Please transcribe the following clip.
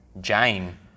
Jane